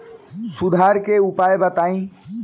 सुधार के उपाय बताई?